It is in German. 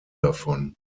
davon